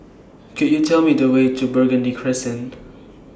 Could YOU Tell Me The Way to Burgundy Crescent